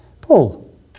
Paul